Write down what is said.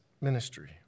ministry